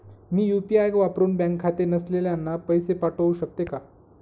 मी UPI वापरुन bank खाते नसलेल्यांना पैसे पाठवू शकते का?